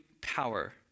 power